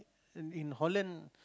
in in Holland